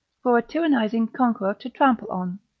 for a tyrannising conqueror to trample on.